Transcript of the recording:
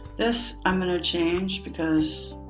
this i'm going to change because,